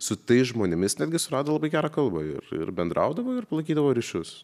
su tais žmonėmis netgi surado labai gerą kalbą ir ir bendraudavo ir palaikydavo ryšius